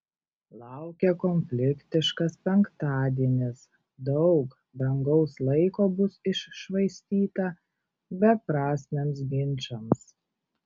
laukia konfliktiškas penktadienis daug brangaus laiko bus iššvaistyta beprasmiams ginčams